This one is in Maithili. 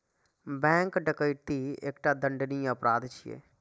बैंक डकैती एकटा दंडनीय अपराध छियै